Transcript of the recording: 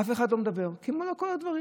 אף אחד לא מדבר, כמו בכל הדברים.